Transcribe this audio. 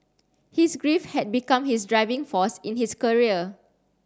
his grief had become his driving force in his career